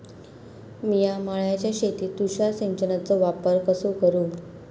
मिया माळ्याच्या शेतीत तुषार सिंचनचो वापर कसो करू?